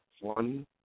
One